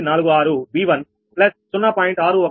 3846 V1 plus 0